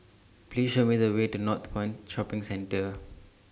Please Show Me The Way to Northpoint Shopping Centre